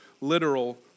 literal